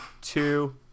two